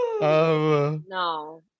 No